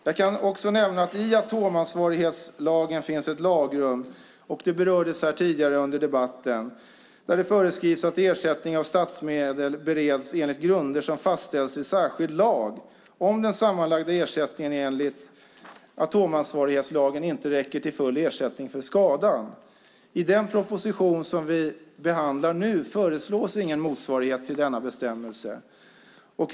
Jag kan också nämna att i atomansvarighetslagen finns ett lagrum, och det berördes tidigare under debatten, där det föreskrivs att ersättning av statsmedel bereds enligt grunder som fastställs i särskild lag om den sammanlagda ersättningen enligt atomansvarighetslagen inte räcker till full ersättning för skadan. I den proposition som vi behandlar nu föreslås ingen motsvarighet till denna bestämmelse.